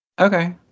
Okay